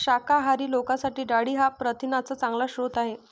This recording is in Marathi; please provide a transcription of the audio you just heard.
शाकाहारी लोकांसाठी डाळी हा प्रथिनांचा चांगला स्रोत आहे